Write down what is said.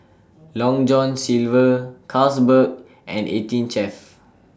Long John Silver Carlsberg and eighteen Chef